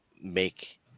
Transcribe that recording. make